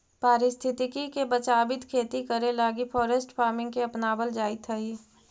पारिस्थितिकी के बचाबित खेती करे लागी फॉरेस्ट फार्मिंग के अपनाबल जाइत हई